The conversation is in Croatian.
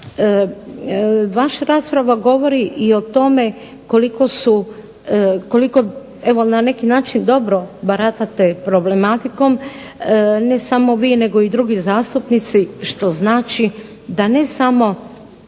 Vaša rasprava govori i o tome koliko su, koliko evo na neki način dobro baratate problematikom ne samo vi nego i drugi zastupnici što znači da ne samo